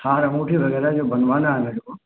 हार अंगूठी वग़ैरह ये बनवाना है मेरे को